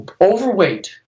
overweight